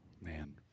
Man